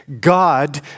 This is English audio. God